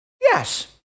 Yes